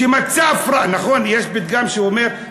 נכון שיש פתגם שאומר,